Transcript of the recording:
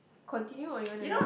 continue or you wanna